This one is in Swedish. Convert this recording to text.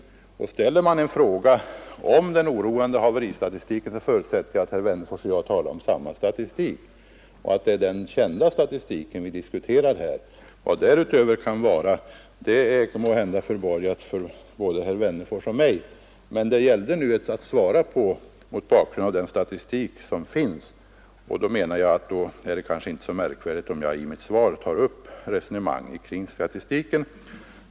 När herr Wennerfors ställer en fråga om den oroande haveristatistiken förutsätter jag att herr Wennerfors och jag talar om samma statistik samt att det är den kända statistiken vi diskuterar. Vad som kan förekomma därutöver är väl förborgat för oss båda två. Här har det gällt för mig att svara mot bakgrunden av den statistik som finns, och då är det väl inte så konstigt att jag tar upp ett resonemang kring den.